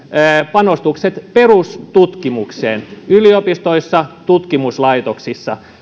panostukset perustutkimukseen yliopistoissa tutkimuslaitoksissa